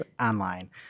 online